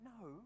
No